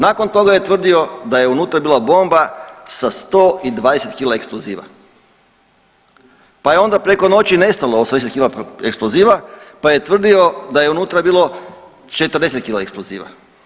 Nakon toga je tvrdio da je unutra bila bomba sa 120 kg eksploziva, pa je onda preko noći nestalo 80 kg eksploziva pa je tvrdio da je unutra bilo 40 kg eksploziva.